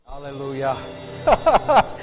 Hallelujah